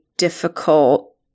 Difficult